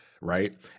right